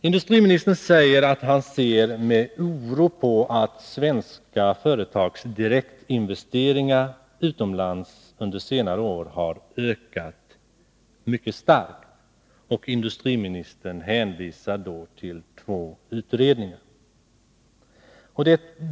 Industriministern säger att han ser med oro på att svenska företags direktinvesteringar utomlands under senare år har ökat mycket starkt, och industriministern hänvisar till två utredningar.